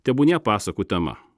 tebūnie pasakų tema